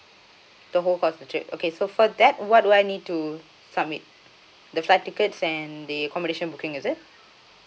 the whole cost of trip okay so for that what do I need to submit the flight tickets and the accommodation booking is it